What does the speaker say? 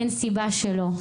אין סיבה שלא.